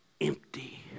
empty